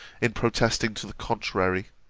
in protesting to the contrary